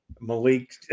Malik